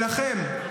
שלכם,